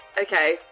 okay